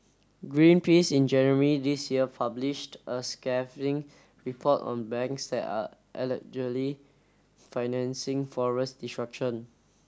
Greenpeace in January this year published a scathing report on banks that are allegedly financing forest destruction